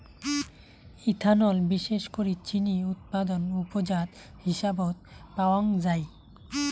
ethanol বিশেষ করি চিনি উৎপাদন উপজাত হিসাবত পাওয়াঙ যাই